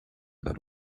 that